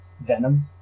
Venom